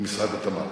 במשרד התמ"ת.